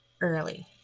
early